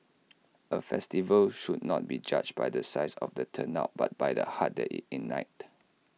A festival should not be judged by the size of the turnout but by the hearts that IT ignited